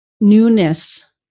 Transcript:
newness